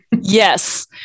Yes